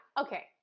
Okay